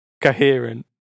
coherent